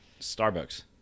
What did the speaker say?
Starbucks